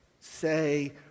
say